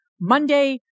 Monday